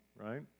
right